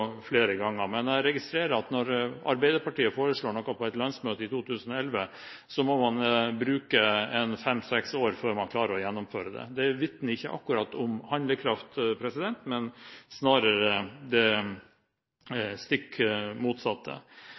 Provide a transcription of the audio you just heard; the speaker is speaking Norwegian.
flere ganger. Jeg registrerer at når Arbeiderpartiet foreslår noe på et landsmøte i 2011, må man bruke fem–seks år før man klarer å gjennomføre det. Det vitner ikke akkurat om handlekraft – snarere det stikk motsatte.